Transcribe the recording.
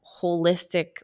holistic